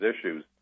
issues